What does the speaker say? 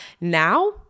Now